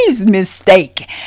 mistake